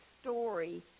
story